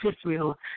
Israel